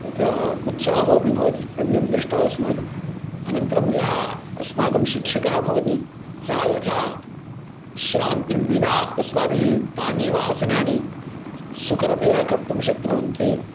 तत्र उत्साहोपि भवति अन्यं दृष्ट्वा अस्माकं अनन्तरं यः अस्माकं शिक्षकः भवति सः यथा श्रान्तिं विना अस्माभिः तान्येव आसनानि सुकरतया कर्तुं शक्नुवन्ति